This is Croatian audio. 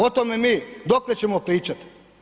O tome mi dokle ćemo pričat?